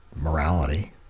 morality